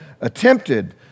attempted